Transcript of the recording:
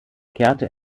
kehrte